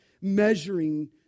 measuring